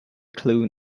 clown